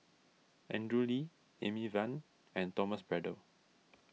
Andrew Lee Amy Van and Thomas Braddell